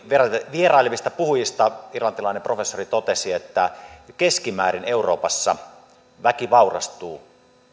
vierailevista puhujista irlantilainen professori totesi että keskimäärin euroopassa väki vaurastuu